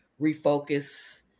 refocus